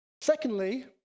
Secondly